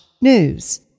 news